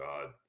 God